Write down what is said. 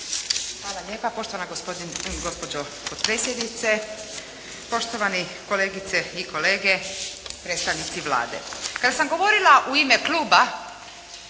Hvala lijepa poštovana gospođo potpredsjednice, poštovane kolegice i kolege, predstavnici Vlade. Kad sam govorila u ime Kluba